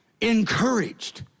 encouraged